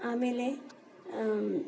ಆಮೇಲೆ